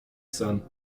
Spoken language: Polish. sen